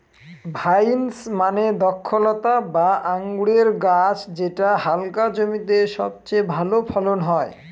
vines মানে দ্রক্ষলতা বা আঙুরের গাছ যেটা হালকা জমিতে সবচেয়ে ভালো ফলন হয়